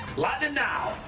lightning now!